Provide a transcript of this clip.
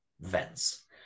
vents